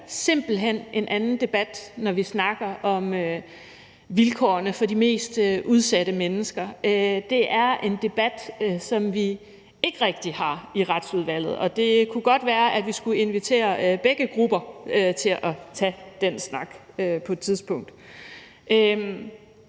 det giver simpelt hen en anden debat, når vi snakker om vilkårene for de mest udsatte mennesker. Det er en debat, som vi ikke rigtig har i Retsudvalget, og det kunne godt være, at vi skulle invitere begge grupper til at tage den snak på et tidspunkt.